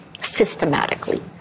systematically